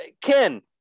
ken